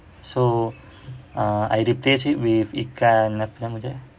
so uh I replaced it with ikan apa nama dia